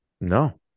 No